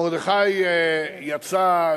מרדכי יצא,